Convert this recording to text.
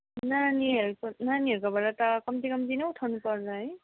नानीहरूको नानीहरूको बाट त कम्ती कम्ती नै उठाउनु पर्ला है